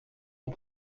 ont